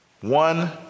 One